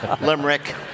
Limerick